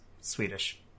Swedish